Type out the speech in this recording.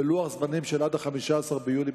בלוח זמנים של עד ה-15 ביולי,